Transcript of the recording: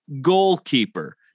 Goalkeeper